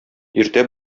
иртә